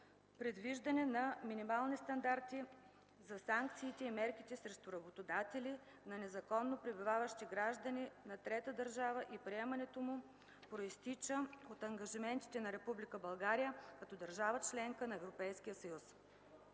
предвиждане на минимални стандарти за санкциите и мерките срещу работодатели на незаконно пребиваващи граждани на трета държава и приемането му произтича от ангажиментите на Република България като държава – членка на Европейския съюз.